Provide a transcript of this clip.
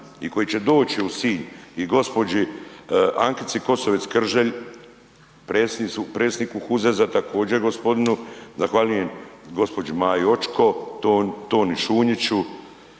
i koji će doći u Sinj, i gospođi Ankici Kosovec Krželj, predsjedniku HUZEZ-a također, gospodinu zahvaljujem, gospođi Maji Očko, Toni Šunjiću,